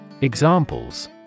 Examples